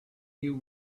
you